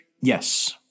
Yes